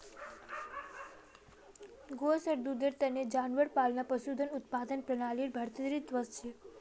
गोस आर दूधेर तने जानवर पालना पशुधन उत्पादन प्रणालीर भीतरीत वस छे